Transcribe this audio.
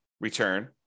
return